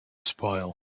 spoil